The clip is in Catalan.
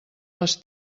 les